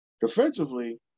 Defensively